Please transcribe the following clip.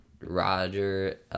Roger